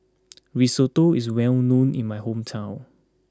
Risotto is well known in my hometown